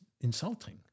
insulting